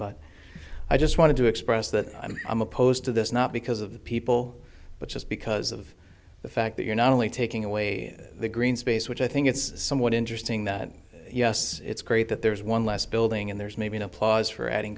but i just wanted to express that i'm opposed to this not because of the people but just because of the fact that you're not only taking away the green space which i think it's somewhat interesting that yes it's great that there's one less building and there's maybe applause for adding